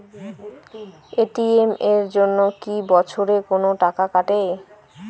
ATM এর জন্যে কি বছরে কোনো টাকা কাটে?